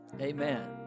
Amen